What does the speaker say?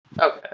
okay